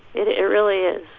it it really is.